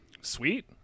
Sweet